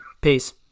Peace